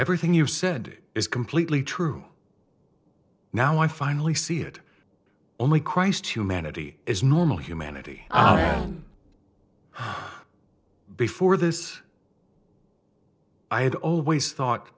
everything you've said is completely true now i finally see it only christ humanity is normal humanity before this i had always thought